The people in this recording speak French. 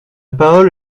parole